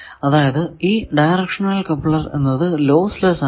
അതായതു ഈ directional coupler എന്നത് ലോസ് ലെസ്സ് ആണ്